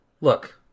look